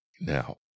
Now